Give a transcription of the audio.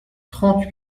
trente